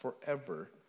forever